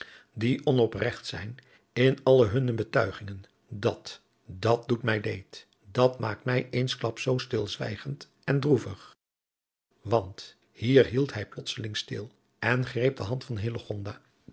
die onopregt zijn in alle hunne betuigingen dat dat doet mij leed dat maakt mij eensklaps zoo stilzwijgend en droevig want hier hield hij eene poos stil en greep de hand van